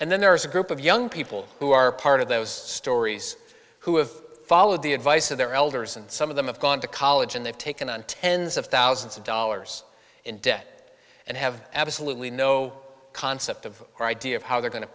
and then there's a group of young people who are part of those stories who have followed the advice of their elders and some of them have gone to college and they've taken on tens of thousands of dollars in debt and have absolutely no concept of our idea of how they're going to